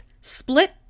split